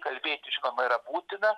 kalbėtis žinoma yra būtina